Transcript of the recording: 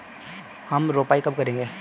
हम रोपाई कब करेंगे?